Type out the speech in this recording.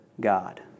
God